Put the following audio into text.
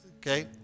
Okay